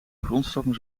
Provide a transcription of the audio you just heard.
grondstoffen